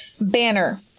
banner